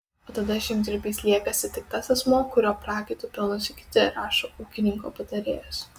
o tada žemdirbys liekasi tik tas asmuo kurio prakaitu pelnosi kiti rašo ūkininko patarėjas